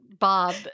Bob